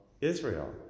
israel